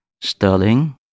Sterling